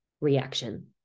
reaction